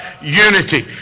Unity